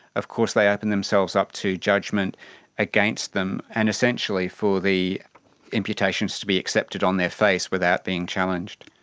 of course they open themselves up to judgement against them, and essentially for the imputations to be accepted on their face without being challenged.